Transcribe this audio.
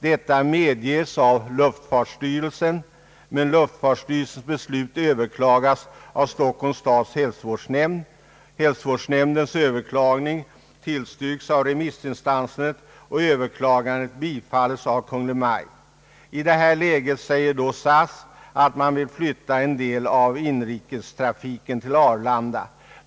Detta medges av luftfartsstyrelsen, men dess beslut överklagas av Stockholms stads hälsovårdsnämnd. Nämndens Ööverklagande tillstyrks av remissinstanser, och överklagandena bifalles av Kungl. Maj:t. I detta läge säger SAS att man vill flytta en del av inrikestrafiken till Arlanda.